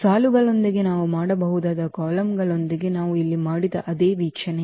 ಸಾಲುಗಳೊಂದಿಗೆ ನಾವು ಮಾಡಬಹುದಾದ ಕಾಲಮ್ಗಳೊಂದಿಗೆ ನಾವು ಇಲ್ಲಿ ಮಾಡಿದ ಅದೇ ವೀಕ್ಷಣೆ